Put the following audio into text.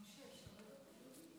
אמרנו: כל דבר שקשור לטיפול בקורונה נתמוך.